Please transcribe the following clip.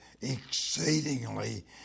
exceedingly